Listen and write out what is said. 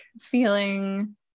feeling